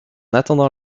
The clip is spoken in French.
attendant